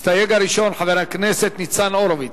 המסתייג הראשון, חבר הכנסת ניצן הורוביץ.